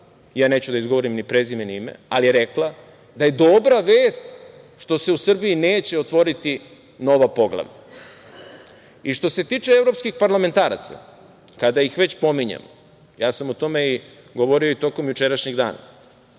neću izgovoriti ni prezime ni ime, ali je rekla da dobra vest što se u Srbiji neće otvoriti nova poglavlja. Što se tiče evropskih parlamentaraca, kada ih već pominjemo, o tome sam govorio i tokom jučerašnjeg dana,